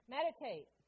Meditate